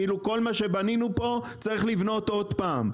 כל מה שבנינו פה, צריך לבנות עוד פעם.